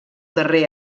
darrer